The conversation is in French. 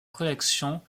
collection